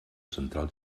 central